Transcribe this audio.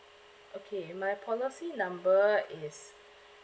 okay my policy number is